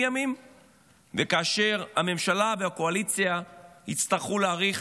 וכאשר הממשלה והקואליציה יצטרכו להאריך